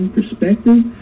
Perspective